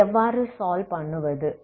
இதை எவ்வாறு சால்வ் பண்ணுவது